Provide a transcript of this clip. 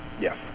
Yes